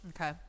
Okay